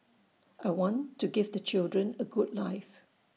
I want to give the children A good life